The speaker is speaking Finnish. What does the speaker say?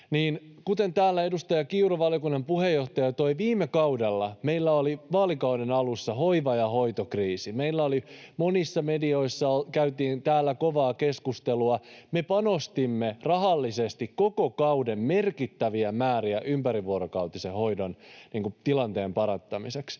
Kuten täällä edustaja Kiuru, valiokunnan puheenjohtaja, toi esille, viime kaudella meillä oli vaalikauden alussa hoiva- ja hoitokriisi. Meillä monissa medioissa käytiin täällä kovaa keskustelua. Me panostimme rahallisesti koko kauden merkittäviä määriä ympärivuorokautisen hoidon tilanteen parantamiseksi.